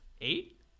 Eight